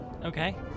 Okay